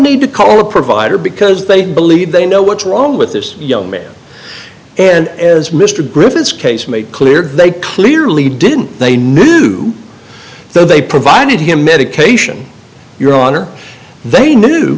need to call a provider because they believe they know what's wrong with this young male and as mr griffiths case made clear they clearly didn't they knew they provided him medication you're on or they knew